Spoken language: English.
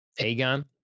Aegon